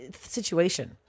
situation